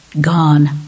gone